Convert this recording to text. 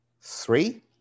Three